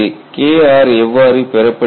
Kr எவ்வாறு பெறப்படுகிறது